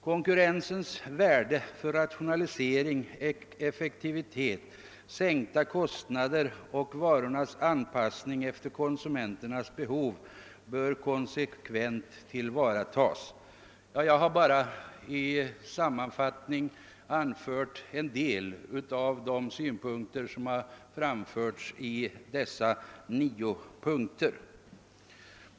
Konkurrensens värde för rationalisering, effektivitet, sänkta kostnader och varornas anpassning efter konsumenternas behov bör konsekvent tillvaratas. Jag har bara i sammanfattning anfört en del av de synpunkter som har framförts i dessa nio punkter.